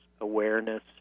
awareness